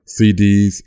CDs